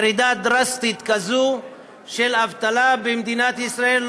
ירידה דרסטית כזאת של אבטלה במדינת ישראל,